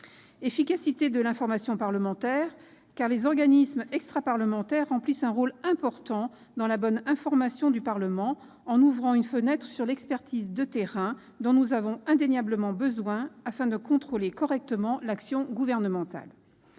séparation des pouvoirs. En premier lieu, les organismes extraparlementaires remplissent un rôle important dans la bonne information du Parlement, en ouvrant une fenêtre sur l'expertise de terrain, dont nous avons indéniablement besoin pour contrôler correctement l'action gouvernementale.